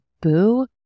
boo